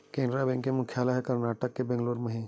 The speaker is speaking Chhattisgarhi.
केनरा बेंक के मुख्यालय ह करनाटक के बेंगलोर म हे